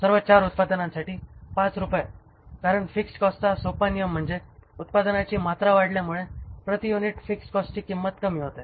सर्व 4 उत्पादनांसाठी 5 रूपये कारण फिक्स्ड कॉस्टचा सोपा नियम म्हणजे उत्पादनाची मात्रा वाढल्यामुळे प्रति युनिट फिक्स्ड कॉस्ट कमी होते